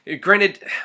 Granted